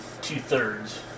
two-thirds